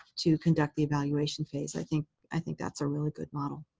to conduct the evaluation phase. i think i think that's a really good model.